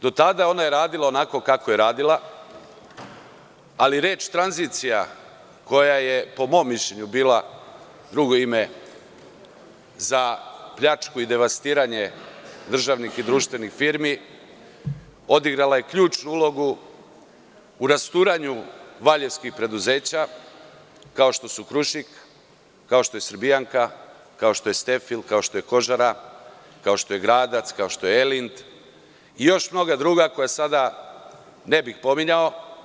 Do tada je ona radila onako kako je radila, ali reč tranzicija, koja je po mom mišljenju bila drugo ime za pljačku i devastiranje državnih i društvenih firmi, odigrala je ključnu ulogu u rasturanju Valjevskih preduzeća kao što su „Krušik“, kao što je „Srbijanka“, kao što je „Stefil“, kao što je „Kožara“, kao što je „Gradac“, kao što je Elind i još mnoga druga koja sada ne bih pominjao.